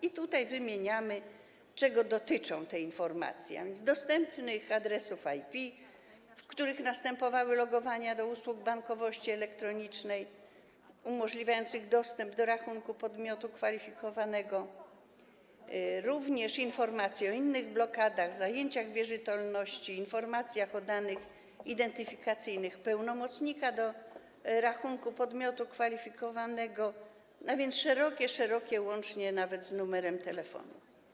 I tutaj wymieniamy, czego dotyczą te informacje, a więc dostępnych adresów IP, z których następowały logowania do usług bankowości elektronicznej, umożliwiających dostęp do rachunku podmiotu kwalifikowanego, również informacje o innych blokadach, zajęciach wierzytelności, informacje o danych identyfikacyjnych pełnomocnika do rachunku podmiotu kwalifikowanego, a więc jest to szeroki, szeroki zakres danych, łącznie nawet z numerem telefonu.